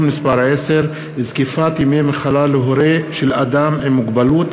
מס' 10) (זקיפת ימי מחלה להורה של אדם עם מוגבלות),